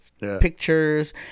pictures